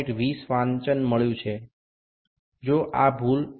20 વાંચન મળ્યુ છે જો આ ભૂલ 0